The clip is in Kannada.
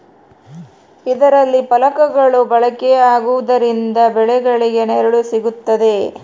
ಇದರಲ್ಲಿ ಫಲಕಗಳು ಬಳಕೆ ಆಗುವುದರಿಂದ ಬೆಳೆಗಳಿಗೆ ನೆರಳು ಸಿಗುತ್ತದೆ